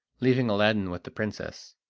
leaving aladdin with the princess.